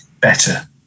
better